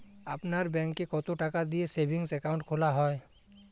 আপনার ব্যাংকে কতো টাকা দিয়ে সেভিংস অ্যাকাউন্ট খোলা হয়?